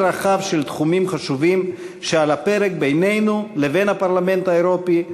רחב של תחומים חשובים שעל הפרק בינינו לבין הפרלמנט האירופי,